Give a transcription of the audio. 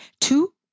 Two